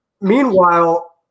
Meanwhile